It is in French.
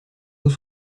eaux